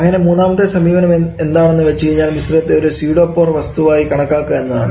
അങ്ങനെ മൂന്നാമത്തെ സമീപനം എന്താണെന്ന് വെച്ചാൽ മിശ്രിതത്തെ ഒരു സ്യൂഡോ പോർ വസ്തുവായി കണക്കാക്കുക എന്നുള്ളതാണ്